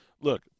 Look